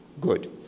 Good